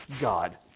God